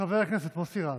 חבר הכנסת מוסי רז,